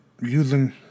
using